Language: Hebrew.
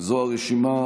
חבר כנסת אבי